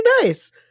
nice